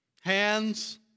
hands